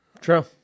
True